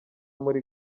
muri